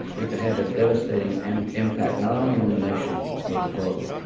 it could have a devastating and impact, not only on the nation, but the globe.